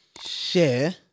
share